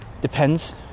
Depends